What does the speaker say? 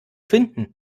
finden